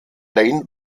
lane